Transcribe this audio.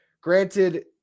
granted